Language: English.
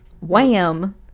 Wham